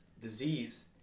disease